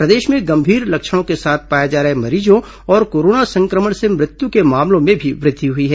प्रदेश में गंभीर लक्षणों के साथ पाए जा रहे मरीजों और कोरोना संक्रमण से मृत्यु के मामलों में भी वृद्वि हुई है